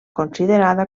considerada